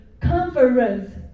conference